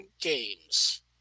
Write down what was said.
Games